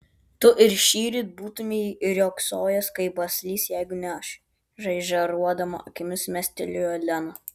tu ir šįryt būtumei riogsojęs kaip baslys jeigu ne aš žaižaruodama akimis mestelėjo lena